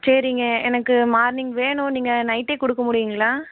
சரிங்க எனக்கு மார்னிங் வேணும் நீங்கள் நைட்டே கொடுக்க முடியுங்களா